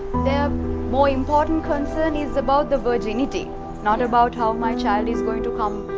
their. more important concern is about the virginity not about how my child is going to come,